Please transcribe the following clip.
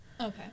Okay